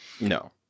no